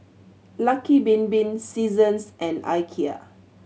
Lucky Bin Bin Seasons and Ikea